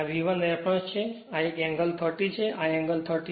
આ V 1 reference છે તેથી એક એંગલ 30 છે આ એંગલ 36